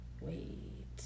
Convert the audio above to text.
wait